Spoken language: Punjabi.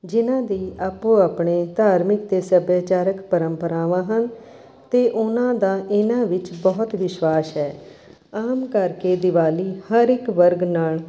ਜਿਨਾਂ ਦੀ ਆਪੋ ਆਪਣੇ ਧਾਰਮਿਕ ਅਤੇ ਸੱਭਿਆਚਾਰਕ ਪਰੰਪਰਾਵਾਂ ਹਨ ਅਤੇ ਉਨਾਂ ਦਾ ਇਹਨਾਂ ਵਿੱਚ ਬਹੁਤ ਵਿਸ਼ਵਾਸ ਹੈ ਆਮ ਕਰਕੇ ਦਿਵਾਲੀ ਹਰ ਇੱਕ ਵਰਗ ਨਾਲ਼